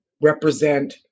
represent